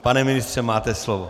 Pane ministře, máte slovo.